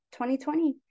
2020